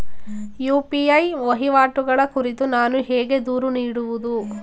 UPI ವಹಿವಾಟುಗಳ ಕುರಿತು ನಾನು ಹೇಗೆ ದೂರು ನೀಡುವುದು?